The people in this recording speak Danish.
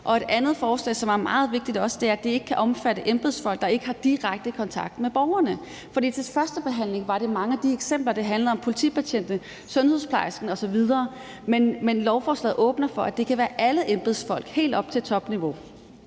Et andet forslag, som er meget vigtigt også, er, at det ikke kan omfatte embedsfolk, der ikke har direkte kontakt med borgerne. Til førstebehandlingen handlede mange af eksemplerne om politibetjente, sundhedsplejersker osv., men lovforslaget åbner for, at det kan være alle embedsfolk, helt op til topniveau.